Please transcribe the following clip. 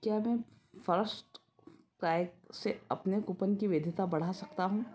क्या मैं फर्स्टक्राय से अपने कूपन की वैधता बढ़ा सकता हूँ